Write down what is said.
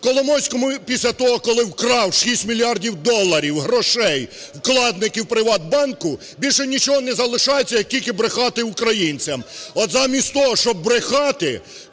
Коломойському після того, коли вкрав 6 мільярдів доларів грошей вкладників "ПриватБанку", більше нічого не залишається, як тільки брехати українцям. От замість того, щоб брехати,